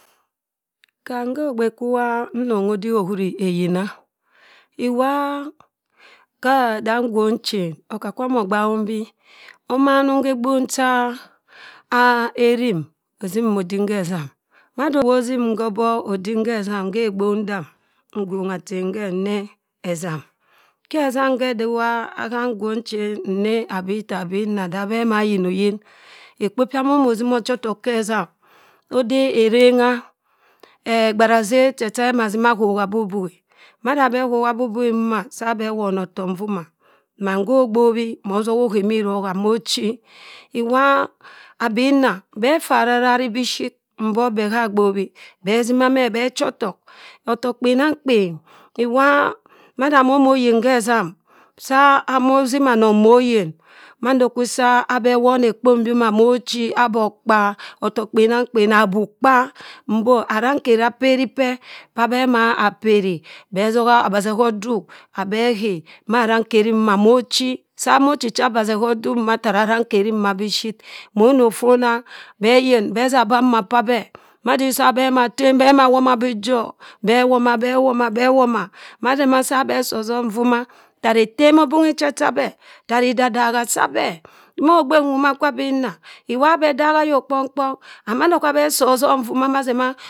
. Ham gho ogbe kwu waa nnongho odik ohura eyina, iwaa ha daa ngwong chen okakwam ogbaghum bii, omanim ha egbong cherim ossimum odim khezam. mada iwa osimim khobok odim khezam, ghe egbong nda, ngwongha achen hẹ nne ezam hẹ diwa hamm ngwong chen nne aba itta aba inna dabeh ma ayin oyin, ekpo pya mann mosima ochi otok hezam. ode erengha, egbara zerr che chi iwa beh na zimma akhok abughubughe. mada abẹh khok abughibughi mboma, saa beh won otok nvoma, mann kho gbobhi motoha okhi mi irongha mochi. iwa aba inna beh ffua ararari bishit mbok behagbobhi beh sima meh beh cho otok otok kpenamkpen, iwa, mada momoh oyin khe zamm, saa moh ozima anong moyin, mando kwebeh awon ekpo mbyoma mochi. abokpa, otok kpenamkpen, abubkpa. mbo arankeri aperipr pa abe ma aperii beh soha abasehop duk beh aghe ma arankeri mboma mochi. saa mochicha abasehop mboma tara arankeri mboma bishit. monoh ofona, beh ayin, beh da abeh amaa p'abeh. madii sa mma tem beh womaa bii jọah. Beh woma, beh woma, be womaa. masima beh si osom nvoma, tara etem obunghi che chabeh, tara idadagha sabeh. Ma ogbe nwoma kwa aba inna, waa, beh dagha ayok kpong kpong. And mando kwuneh sii osọm vo ma sẹ ma